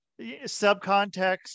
subcontext